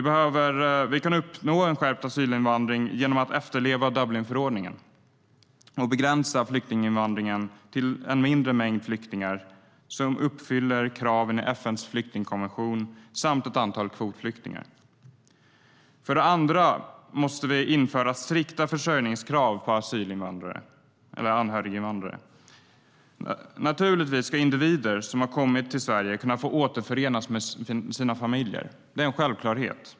Det kan vi uppnå genom att efterleva Dublinförordningen och begränsa flyktinginvandringen till en mindre mängd flyktingar som uppfyller kraven i FN:s flyktingkonvention samt ett antal kvotflyktingar. För det andra måste vi införa strikta försörjningskrav för anhöriginvandrare. Naturligtvis ska individer som har kommit till Sverige kunna återförenas med sina familjer. Det är en självklarhet.